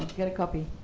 get a copy.